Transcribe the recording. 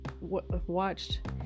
watched